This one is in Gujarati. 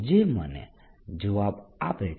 જે મને જવાબ આપે છે